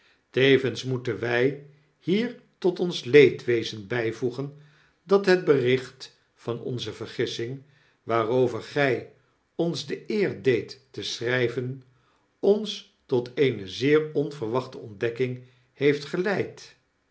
tevens moeten wjj hier tot ons leedwezen bijvoegen dat het bericht van onze vergissing waarover gy ons de eer deedt te schryven ons tot eene zeer onverwachte ontdekking heeft geleid